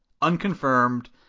Unconfirmed